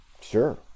sure